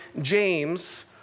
James